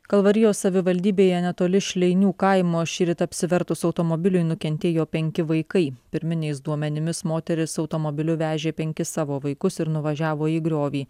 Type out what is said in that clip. kalvarijos savivaldybėje netoli šleinių kaimo šįryt apsivertus automobiliui nukentėjo penki vaikai pirminiais duomenimis moteris automobiliu vežė penkis savo vaikus ir nuvažiavo į griovį